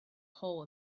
hole